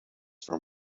from